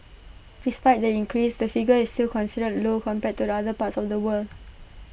despite the increase the figure is still considered low compared to other parts of the world